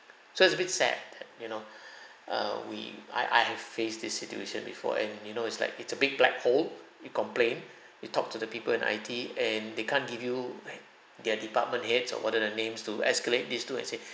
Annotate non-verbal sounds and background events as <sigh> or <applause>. so it's a bit sad that you know <breath> err we I I have faced this situation before and you know it's like it's a big black hole you complain <breath> you talk to the people in I_T and they can't give you like their department heads or what are the names to escalate this to I say <breath>